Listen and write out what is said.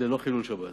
ללא חילול שבת.